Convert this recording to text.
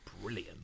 brilliant